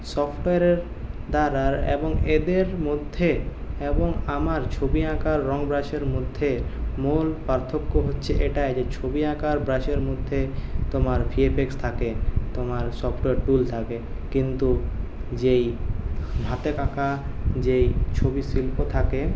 সফটওয়্যারের দ্বারার এবং এদের মধ্যে এবং আমার ছবি আঁকার রং ব্রাশের মধ্যে মূল পার্থক্য হচ্ছে এটাই যে ছবির আঁকার ব্রাশের মধ্যে তোমার ভিএফএক্স থাকে তোমার সফটওয়্যার টুল থাকে কিন্তু যেই হাতে আঁকা যেই ছবি শিল্প থাকে